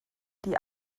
die